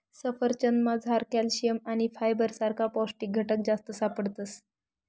सफरचंदमझार कॅल्शियम आणि फायबर सारखा पौष्टिक घटक जास्त सापडतस